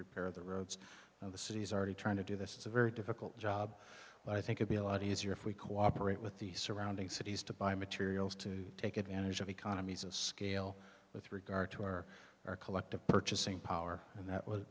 repair the roads of the city's already trying to do this it's a very difficult job but i think it be a lot easier if we cooperate with the surrounding cities to buy materials to take advantage of economies of scale with regard to our our collective purchasing power and that w